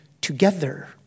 together